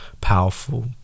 powerful